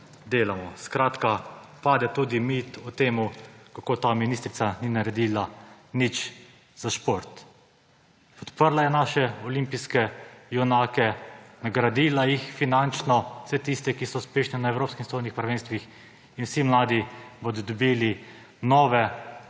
delamo. Skratka, pade tudi mit o tem, kako ta ministrica ni naredila nič za šport. Podprla je naše olimpijske junake, nagradila finančno vse tiste, ki so uspešni na evropskih, svetovnih prvenstvih, in vsi mladi bodo dobili nove